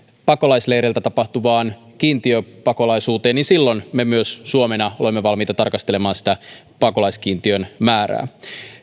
pakolaisleireiltä tapahtuvaan kiintiöpakolaisuuteen niin silloin me myös suomena olemme valmiita tarkastelemaan sitä pakolaiskiintiön määrää